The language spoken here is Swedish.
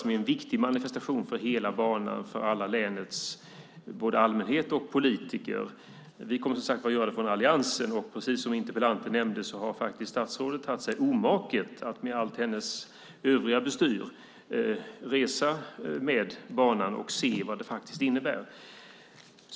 Det är en viktig manifestation för hela banan och för både allmänhet och politiker i länet. Vi kommer att göra det från alliansen. Precis som interpellanten nämnde har statsrådet gjort sig omaket att med allt sitt övriga bestyr resa med banan och se vad det faktiskt innebär.